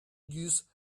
use